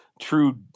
true